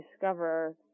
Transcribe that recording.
discover